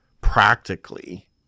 Practically